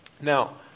Now